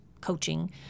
coaching